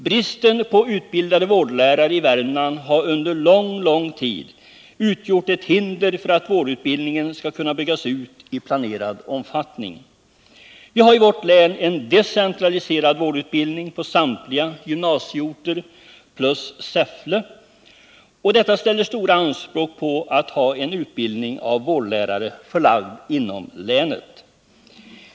Bristen på utbildade vårdlärare i Värmland har under mycket lång tid utgjort ett hinder för att vårdutbildningen skall kunna byggas ut i planerad omfattning. Vi har i vårt län vårdutbildning decentraliserad till samtliga gymnasieorter plus Säffle. Och detta ställer stora anspråk på en utbildning av vårdlärare, förlagd inom länet.